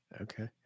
Okay